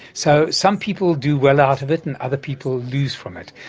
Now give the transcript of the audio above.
so, some people do well out of it and other people lose from it,